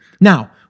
Now